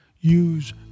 use